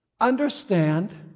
understand